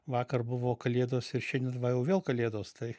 vakar buvo kalėdos ir šiandien va jau vėl kalėdos tai